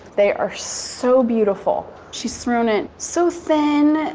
they are so beautiful. she's thrown it so thin,